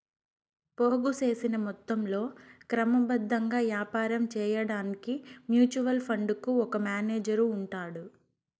పోగు సేసిన మొత్తంలో క్రమబద్ధంగా యాపారం సేయడాన్కి మ్యూచువల్ ఫండుకు ఒక మేనేజరు ఉంటాడు